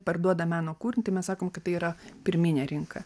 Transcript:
parduoda meno kūrinįtai mes sakom kad tai yra pirminė rinka